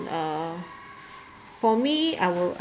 uh for me I will